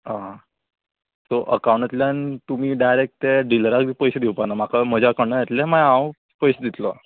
आं सो अकावंटांतल्यान तुमी डायरेक्ट ते डिलराक पयशे दिवपा ना म्हाका म्हज्या अकावंटाक येतले मागीर हांव पयशे दितलों